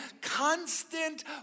Constant